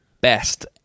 best